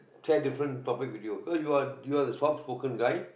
try different topic with you because you're you're the soft spoken guy